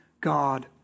God